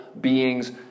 beings